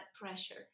pressure